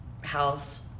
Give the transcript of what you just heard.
house